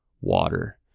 water